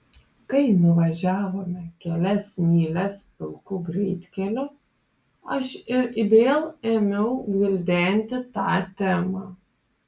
kai nuvažiavome kelias mylias pilku greitkeliu aš ir vėl ėmiau gvildenti tą temą